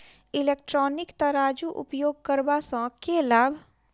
Electronic तराजू उपयोग करबा सऽ केँ लाभ?